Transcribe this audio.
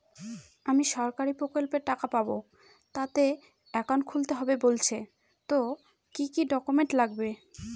আমি সরকারি প্রকল্পের টাকা পাবো তাতে একাউন্ট খুলতে হবে বলছে তো কি কী ডকুমেন্ট লাগবে?